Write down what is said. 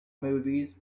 movies